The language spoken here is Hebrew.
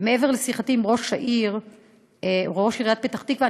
מעבר לשיחתי עם ראש עיריית פתח-תקווה,